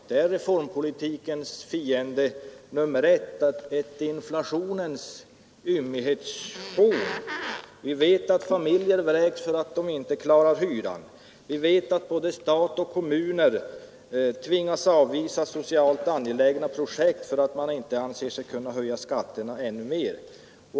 De är reformpolitikens fiende nr 1 och ett inflationens ymnighetshorn. Vi vet att familjer vräks därför att de inte klarar hyran. Vi vet att både stat och kommun tvingas avvisa socialt angelägna projekt, eftersom man inte anser sig kunna höja skatterna ännu mera.